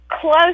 close